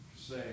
say